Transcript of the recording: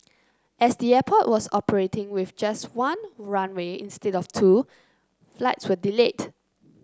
as the airport was operating with just one runway instead of two flights were delayed